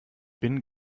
bin